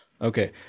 Okay